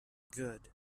good